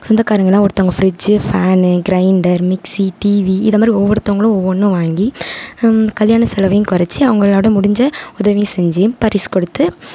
சொந்தக்காரங்கள்லாம் ஒருத்தங்க fridge fan grinder mixie TV இது மாதிரி ஒவ்வொருத்தங்களும் ஒவ்வொன்றும் வாங்கி கல்யாண செலவையும் குறைச்சி அவங்களோட முடிஞ்ச உதவியை செஞ்சு பரிசு கொடுத்து